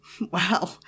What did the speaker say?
Wow